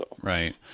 Right